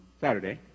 Saturday